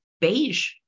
beige